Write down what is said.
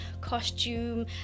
costume